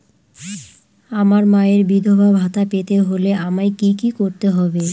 আমার মায়ের বিধবা ভাতা পেতে হলে আমায় কি কি করতে হবে?